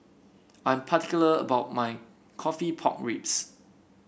I'm particular about my coffee Pork Ribs